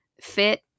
fit